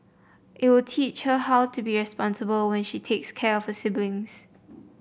it will teach her how to be responsible when she takes care of her siblings